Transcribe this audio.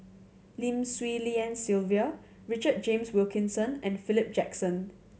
Lim Swee Lian Sylvia Richard James Wilkinson and Philip Jackson